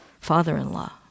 father-in-law